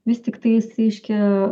vis tiktai reiškia